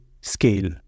scale